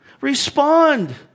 Respond